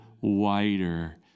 wider